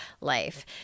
life